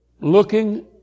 looking